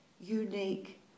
unique